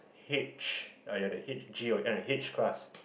H either a H_G or H class